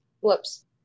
Whoops